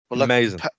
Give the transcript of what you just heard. amazing